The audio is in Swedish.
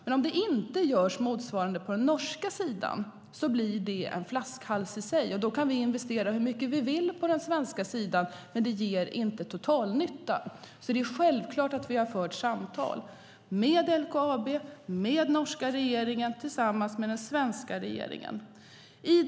Men om man inte gör motsvarande på den norska sidan blir det en flaskhals i sig. Då kan vi investera hur mycket vi vill på den svenska sidan, men det ger inte totalnytta. Därför är det självklart att vi har fört samtal med LKAB och med norska regeringen tillsammans med den svenska regeringen.